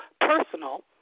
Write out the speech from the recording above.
personal